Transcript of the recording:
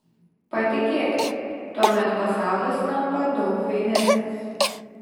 patikėkit tuomet pasaulis tampa daug fainesnis